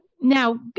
Now